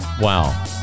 Wow